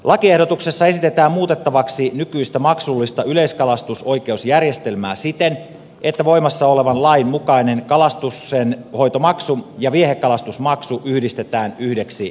lakiehdotuksessa esitetään muutettavaksi nykyistä maksullista yleiskalastusoikeusjärjestelmää siten että voimassa olevan lain mukainen kalastuksenhoitomaksu ja viehekalastusmaksu yhdistetään yhdeksi maksuksi